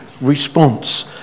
response